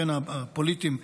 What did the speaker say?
הפוליטיים,